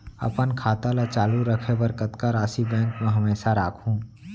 अपन खाता ल चालू रखे बर कतका राशि बैंक म हमेशा राखहूँ?